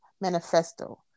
manifesto